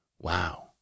Wow